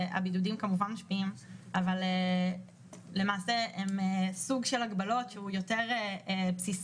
הבידודים כמובן משפיעים אבל למעשה הם סוג של הגבלות שהוא יותר בסיס